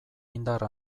indar